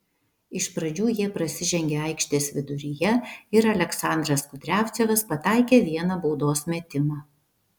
iš pradžių jie prasižengė aikštės viduryje ir aleksandras kudriavcevas pataikė vieną baudos metimą